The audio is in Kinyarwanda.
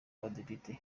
abadepite